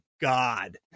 god